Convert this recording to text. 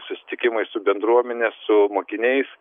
susitikimai su bendruomene su mokiniais